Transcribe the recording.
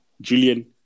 Julian